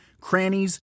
crannies